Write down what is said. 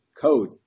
code